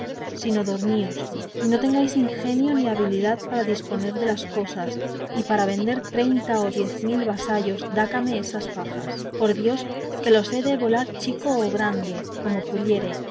sino dormíos y no tengáis ingenio ni habilidad para disponer de las cosas y para vender treinta o diez mil vasallos en dácame esas pajas par dios que los he de volar chico con grande o como pudiere